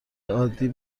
عادی